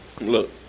Look